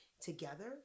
together